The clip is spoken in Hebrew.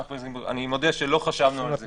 מודה שלא חשבנו על זה.